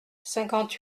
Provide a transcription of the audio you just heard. cinquante